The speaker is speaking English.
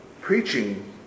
preaching